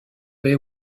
bay